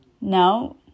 No